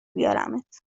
بیارمت